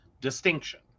distinction